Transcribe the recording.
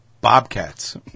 bobcats